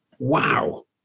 Wow